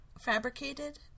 fabricated